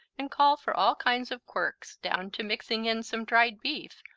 and call for all kinds of quirks, down to mixing in some dried beef,